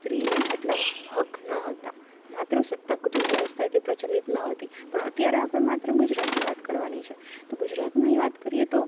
સ્ત્રીને એટલાં હક ન હતાં માતૃસત્તા કુટુંબ વ્યવસ્થા એટલી પ્રચલિત ન હતી પણ અત્યારે આપણે માત્ર ગુજરાતની વાત કરવાની છે તો ગુજરાતની વાત કરીએ તો